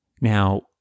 Now